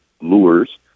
lures